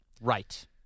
Right